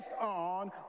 on